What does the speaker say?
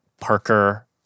Parker